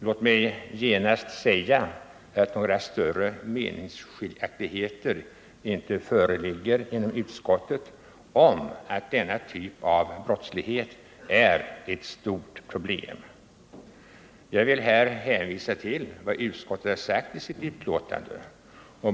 Låt mig då genast säga att några större meningsskiljaktigheter inte har förelegat inom utskottet om att denna typ av brottslighet är ett stort problem. Jag hänvisar där till vad utskottet har sagt i sitt betänkande.